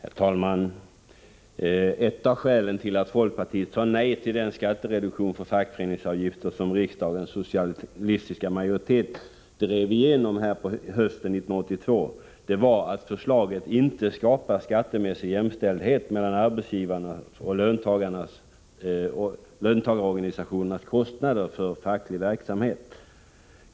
Herr talman! Ett av skälen till att folkpartiet sade nej till den skattereduktion för fackföreningsavgifter som riksdagens socialistiska majoritet drev igenom hösten 1982 var att förslaget inte skapar skattemässig jämställdhet mellan arbetsgivarnas och löntagarorganisationernas kostnader för facklig verksamhet.